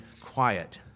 quiet